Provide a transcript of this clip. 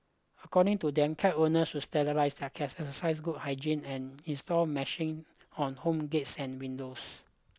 according to them cat owners should sterilise their cats exercise good hygiene and install meshing on home gates and windows